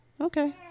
Okay